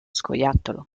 scoiattolo